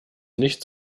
nicht